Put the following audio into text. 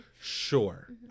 Sure